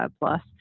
plus